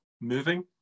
moving